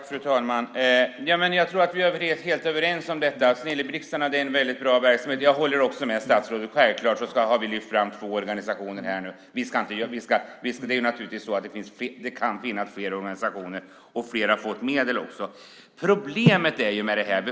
Fru talman! Jag tror att vi är helt överens om detta. Snilleblixtarna är en väldigt bra verksamhet. Jag håller också med statsrådet om att vi nu här har lyft fram två organisationer. Det är naturligtvis så att det kan finnas fler organisationer, och fler har också fått medel.